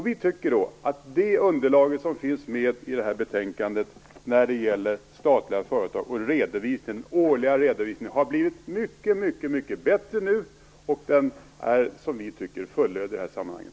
Vi tycker då att det underlag som finns med i detta betänkande när det gäller statliga företag och den årliga redovisningen har blivit mycket bättre nu. Vi tycker att den är fullödig i det här sammanhanget.